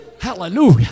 Hallelujah